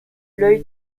l’œil